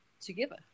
together